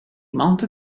mounted